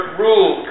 rule